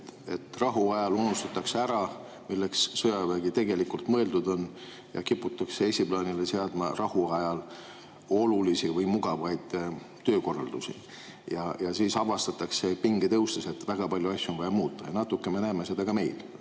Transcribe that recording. et rahuajal unustatakse ära, milleks sõjavägi tegelikult mõeldud on. Kiputakse esiplaanile seadma rahuajal olulisi mugavaid töökorraldusi ja pinge tõustes avastatakse, et väga palju asju on vaja muuta. Natuke me näeme seda ka meil,